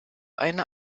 eine